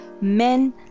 men